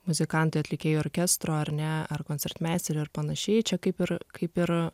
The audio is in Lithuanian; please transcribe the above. muzikantai atlikėjų orkestro ar ne ar koncertmeisterio ar panašiai čia kaip ir kaip ir